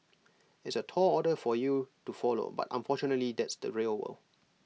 it's A tall order for you to follow but unfortunately that's the real world